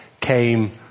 came